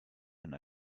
and